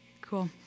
Cool